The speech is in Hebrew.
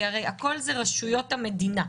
כי הרי הכול רשויות המדינה.